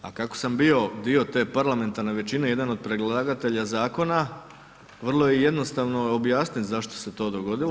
A kako sam bio dio te parlamentarne većine, jedan od predlagatelja zakona, vrlo je jednostavno objasnit zašto se to dogodilo.